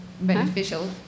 beneficial